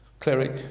cleric